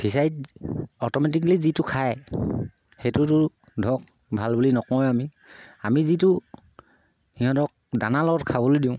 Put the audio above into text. ফিচাৰীত অট'মেটিকেলি যিটো খায় সেইটোতো ধৰক ভাল বুলি নকওঁৱে আমি আমি যিটো সিহঁতক দানা লগত খাবলৈ দিওঁ